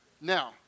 Now